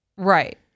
Right